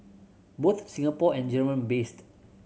both Singapore and German based